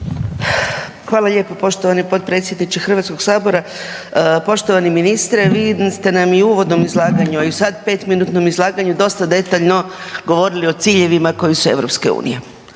Hvala lijepo poštovani potpredsjedniče HS. Poštovani ministre, vi ste nam i u uvodnom izlaganju, a i sad 5-minutnom izlaganju dosta detaljno govorili o ciljevima koji su EU i